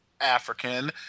African